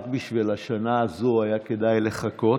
רק בשביל השנה הזו היה כדאי לחכות.